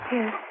Yes